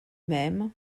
même